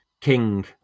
King